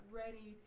ready